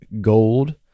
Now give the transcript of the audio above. gold